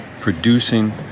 producing